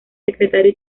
secretario